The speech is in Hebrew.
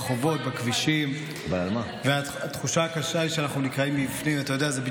מירב, את רוצה, בוודאי, על חשבון הזמן שלך.